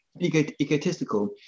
egotistical